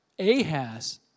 Ahaz